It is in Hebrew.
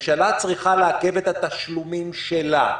ממשלה צריכה לעכב את התשלומים שלה,